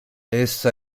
essa